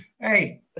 Hey